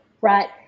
right